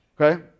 okay